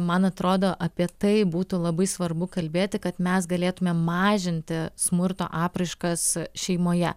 man atrodo apie tai būtų labai svarbu kalbėti kad mes galėtumėm mažinti smurto apraiškas šeimoje